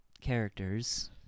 characters